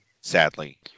sadly